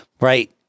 right